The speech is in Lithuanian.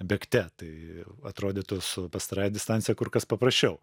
bėgte tai atrodytų su pastarąja distancija kur kas paprasčiau